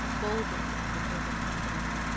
boldly and with over-confidence.